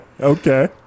Okay